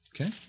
Okay